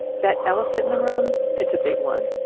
that elephant in the room. it's a big one.